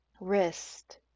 wrist